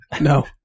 no